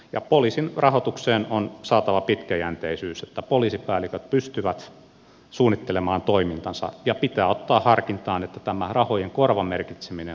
ja poliisin rahoitukseen on saatava pitkäjänteisyys että poliisipäälliköt pystyvät suunnittelemaan toimintansa ja pitää ottaa harkintaan että tämä rahojen korvamerkitseminen lopetetaan